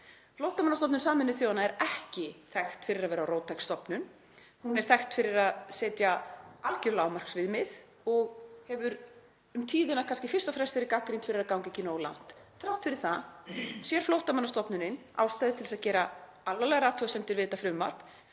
Flóttamannastofnun Sameinuðu þjóðanna er ekki þekkt fyrir að vera róttæk stofnun. Hún er þekkt fyrir að setja alger lágmarksviðmið og hefur um tíðina kannski fyrst og fremst verið gagnrýnd fyrir að ganga ekki nógu langt. Þrátt fyrir það sér Flóttamannastofnunin ástæðu til þess að gera alvarlegar athugasemdir við þetta frumvarp